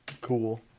Cool